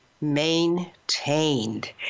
maintained